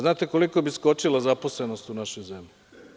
Znate koliko bi skočila zaposlenost u našoj zemlji?